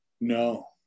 No